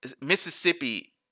Mississippi